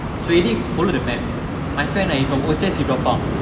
so we already follow the map my friend ah he from O_C_S he drop out